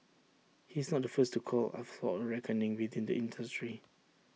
he's not the first to call for A reckoning within the industry